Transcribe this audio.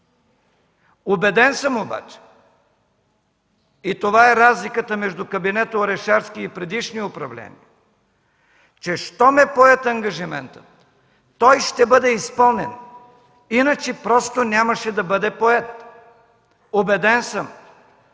Убеден съм обаче, и това е разликата между кабинета Орешарски и предишни управления, че щом е поет ангажиментът, той ще бъде изпълнен, иначе просто нямаше да бъде поет. Убеден съм,